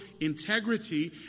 integrity